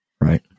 Right